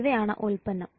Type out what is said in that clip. ഇവയാണ് ഉൽപ്പന്നം